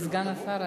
סגן השר,